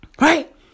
Right